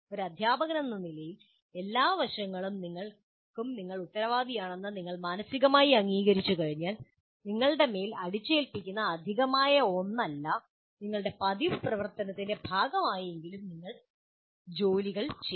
ഒരു അദ്ധ്യാപകനെന്ന നിലയിൽ എല്ലാ വശങ്ങൾക്കും നിങ്ങൾ ഉത്തരവാദിയാണെന്ന് നിങ്ങൾ മാനസികമായി അംഗീകരിച്ചുകഴിഞ്ഞാൽ നിങ്ങളുടെ മേൽ അടിച്ചേൽപ്പിക്കുന്ന അധികമായ ഒന്നല്ല നിങ്ങളുടെ പതിവ് പ്രവർത്തനത്തിന്റെ ഭാഗമായെങ്കിലും ഈ ജോലികൾ നിങ്ങൾ ചെയ്യും